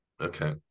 Okay